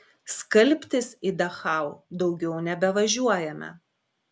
skalbtis į dachau daugiau nebevažiuojame